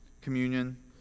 communion